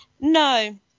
No